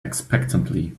expectantly